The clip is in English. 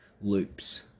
loops